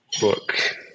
book